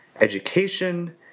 education